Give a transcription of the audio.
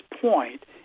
point